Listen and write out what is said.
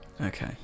okay